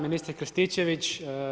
Ministre Krstičević.